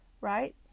right